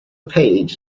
page